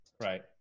Right